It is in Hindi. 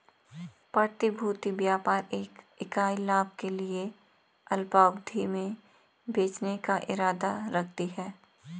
प्रतिभूति व्यापार एक इकाई लाभ के लिए अल्पावधि में बेचने का इरादा रखती है